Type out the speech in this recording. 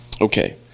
Okay